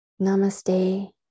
Namaste